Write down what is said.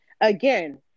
again